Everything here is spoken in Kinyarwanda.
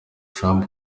trump